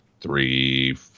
three